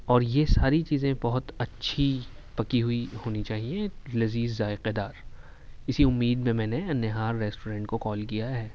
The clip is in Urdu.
اور یہ ساری چیزیں بہت اچھی پکی ہوئی ہونی چاہئیں لذیذ ذائقے دار اسی امید میں میں نے النہار ریسٹورنٹ کو کال کیا ہے